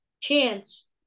Chance